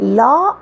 law